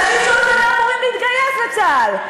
אנשים שעוד שנה אמורים להתגייס לצה"ל,